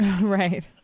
Right